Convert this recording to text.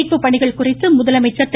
மீட்புப் பணிகள் குறித்து முதலமைச்சர் திரு